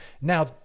Now